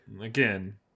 Again